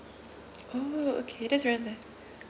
oh okay that's there